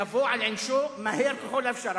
יבוא על עונשו מהר ככל האפשר.